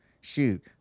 shoot